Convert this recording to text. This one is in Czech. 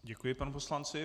Děkuji panu poslanci.